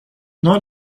not